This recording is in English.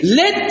let